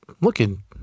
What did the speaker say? looking